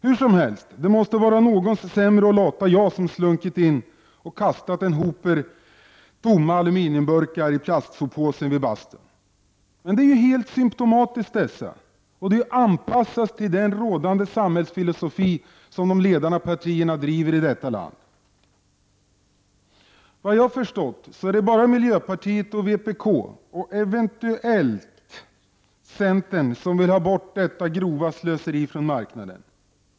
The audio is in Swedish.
Hur som helst — det måste vara någons sämre och lata jag som slunkit in och fått någon att kasta en hop tomma aluminiumburkar i plastsoppåsen vid bastun. Det här är symptomatiskt och visar på anpassningen till den allmänt rådande samhällsfilosofi som ledande partier förfäktar i detta land. Såvitt jag förstår är det bara miljöpartiet och vpk — eventuellt gäller det också centern — som vill få bort detta grova slöseri från marknaden.